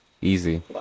Easy